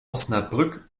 osnabrück